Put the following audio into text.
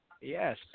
Yes